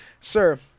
Sir